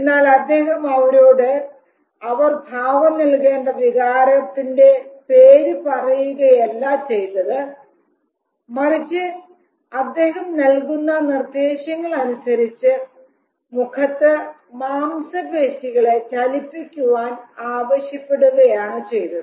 എന്നാൽ അദ്ദേഹം അവരോട് അവർ ഭാവം നൽകേണ്ട വികാരത്തിൻറെ പേര് പറയുകയല്ല ചെയ്തത് മറിച്ച് അദ്ദേഹം നൽകുന്ന നിർദ്ദേശങ്ങൾ അനുസരിച്ച് മുഖത്ത് മാംസപേശികളെ ചലിപ്പിക്കുവാൻ ആവശ്യപ്പെടുകയാണ് ചെയ്തത്